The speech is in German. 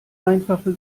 einfache